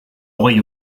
hogei